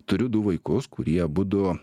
turiu du vaikus kurie abudu